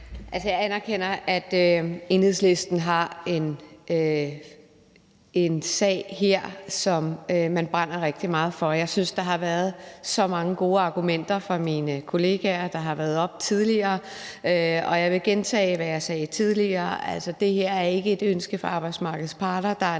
Jeg anerkender, at Enhedslisten har en sag her, som man brænder rigtig meget for. Jeg synes, der har været så mange gode argumenter fra mine kollegaer, der har været heroppe tidligere, og jeg vil gentage, hvad jeg sagde tidligere: Det her er ikke et ønske fra arbejdsmarkedets parter.